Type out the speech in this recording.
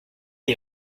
est